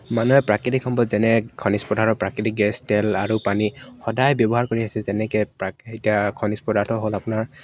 মানুহে প্ৰাকৃতিক সম্পদ যেনে খনিজ পদাৰ্থ প্ৰাকৃতিক গেছ তেল আৰু পানী সদায় ব্যৱহাৰ কৰি আহিছে যেনেকে প্ৰাকৃতিয়া খনিজ পদাৰ্থ হ'ল আপোনাৰ